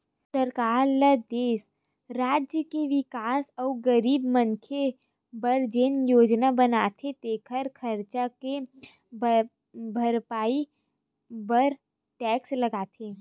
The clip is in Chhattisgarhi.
सरकार ल देस, राज के बिकास अउ गरीब मनखे बर जेन योजना बनाथे तेखर खरचा के भरपाई बर टेक्स लगाथे